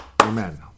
Amen